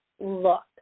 look